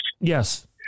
Yes